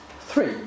Three